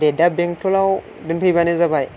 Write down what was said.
दे दा बेंथलाव नों फैबानो जाबाय